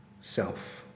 self